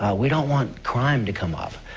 we don't want crime to come up.